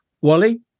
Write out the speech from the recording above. Wally